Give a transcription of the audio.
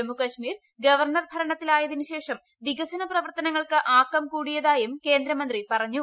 Jammu Kashmir governor ഭരണത്തിലായതിനുശേഷം വികസന പ്രവർത്തനങ്ങൾക്ക് ആക്കം കൂടിയതായും കേന്ദ്ര മന്ത്രി പറഞ്ഞു